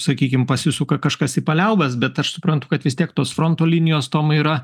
sakykim pasisuka kažkas į paliaubas bet aš suprantu kad vis tiek tos fronto linijos tomai yra